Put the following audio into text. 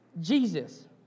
Jesus